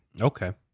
Okay